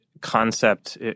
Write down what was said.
concept